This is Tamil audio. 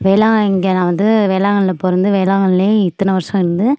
வேளா இங்கே நான் வந்து வேளாங்கண்ணியில பிறந்து வேளாங்கண்ணியிலயே இத்தனை வருஷம் இருந்து